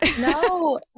No